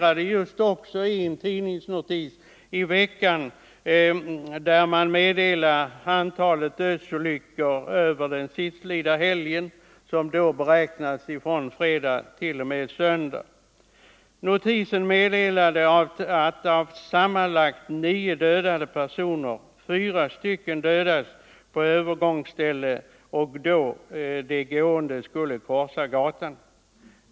Också jag observerade den tidningsnotis i veckan som meddelade att under sistlidna helg, som räknas från fredag t.o.m. söndag, omkom nio personer, av vilka fyra dödades på övergångsställe då de gående skulle korsa gatan.